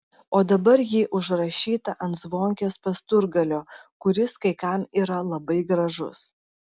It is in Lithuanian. o dabar ji užrašyta ant zvonkės pasturgalio kuris kai kam yra labai gražus